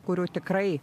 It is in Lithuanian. kurių tikrai